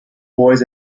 boys